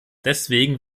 deswegen